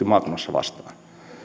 maakunnassa vastaan